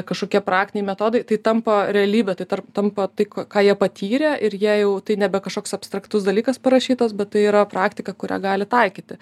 kažkokie praktiniai metodai tai tampa realybe tai tarp tampa tai ką jie patyrė ir jie jau tai nebe kažkoks abstraktus dalykas parašytas bet tai yra praktika kurią gali taikyti